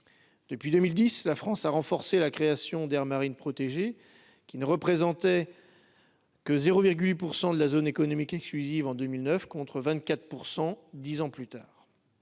depuis 2010, la France a renforcé la création d'aires marines protégées qui ne représentaient que 0,8 % de la zone économique exclusive, en 2009 contre 24 %, 10 ans plus tard,